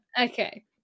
okay